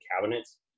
cabinets